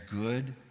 good